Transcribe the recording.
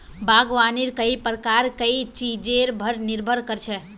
बागवानीर कई प्रकार कई चीजेर पर निर्भर कर छे